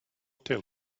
till